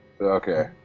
Okay